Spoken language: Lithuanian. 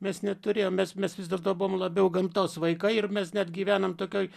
mes neturėjom mes mes vis dėlto buvom labiau gamtos vaikai ir mes net gyvenam tokioj